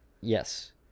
yes